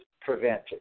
prevented